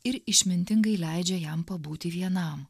ir išmintingai leidžia jam pabūti vienam